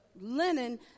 linen